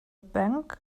bank